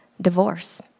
divorce